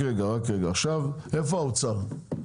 האוצר,